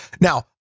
now